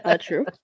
true